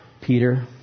Peter